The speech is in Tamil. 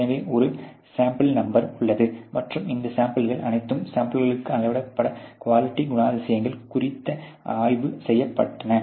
எனவே ஒரு சாம்பிள் எண் உள்ளது மற்றும் இந்த சாம்பிள்கள் அனைத்தும் சாம்பிள்களுக்குள் அளவிடப்பட்ட குவாலிட்டி குணாதிசயங்கள் குறித்து ஆய்வு செய்யப்பட்டன